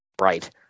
Right